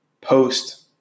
post